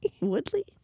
Woodley